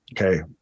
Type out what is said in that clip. okay